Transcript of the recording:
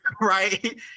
Right